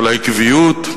על העקביות,